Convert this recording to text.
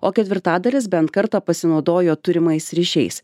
o ketvirtadalis bent kartą pasinaudojo turimais ryšiais